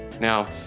Now